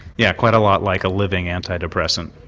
yeah, quite a lot like a living antidepressant.